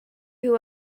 who